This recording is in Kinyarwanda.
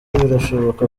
birashoboka